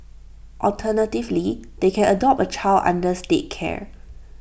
alternatively they can adopt A child under state care